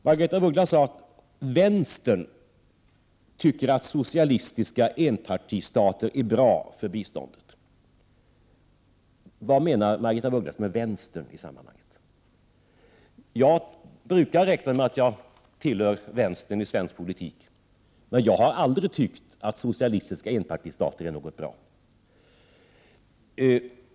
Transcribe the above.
Margaretha af Ugglas sade: Vänstern tycker att socialistiska enpartistater är bra för biståndet. Vad menar Margaretha af Ugglas med ”vänstern” i sammanhanget? Jag brukar räkna mig till vänstern i svensk politik, men jag har aldrig tyckt att socialistiska enpartistater är något bra.